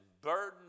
burden